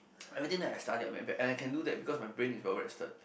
everything that I studied I map back and I can do that because my brain is over rested